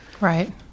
right